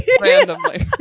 randomly